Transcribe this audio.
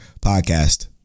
podcast